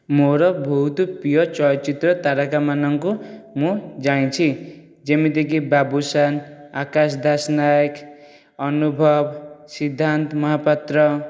ମୋର ବହୁତ ପ୍ରିୟ ଚଳଚ୍ଚିତ୍ର ତାରକାମାନଙ୍କୁ ମୁଁ ଜାଣିଛି ଯେମିତି କି ବାବୁସାନ ଆକାଶ ଦାସ ନାୟକ ଅନୁଭବ ସିଦ୍ଧାନ୍ତ ମହାପାତ୍ର